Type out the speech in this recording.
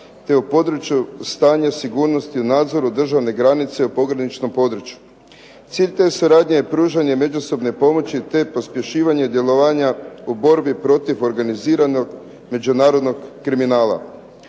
te u području stanja sigurnosti u nadzoru državne granice u pograničnom području. Cilj te suradnje je pružanje međusobne pomoći te pospješivanje djelovanja u borbi protiv organiziranog međunarodnog kriminala.